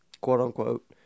quote-unquote